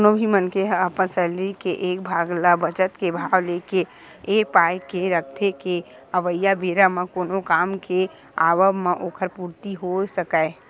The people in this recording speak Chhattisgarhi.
कोनो भी मनखे ह अपन सैलरी के एक भाग ल बचत के भाव लेके ए पाय के रखथे के अवइया बेरा म कोनो काम के आवब म ओखर पूरति होय सकय